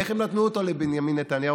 ואיך הם נתנו אותו לבנימין נתניהו,